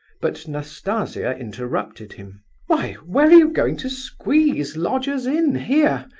but nastasia interrupted him why, where are you going to squeeze lodgers in here?